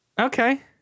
Okay